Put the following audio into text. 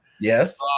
Yes